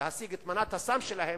את מנת הסם שלהם,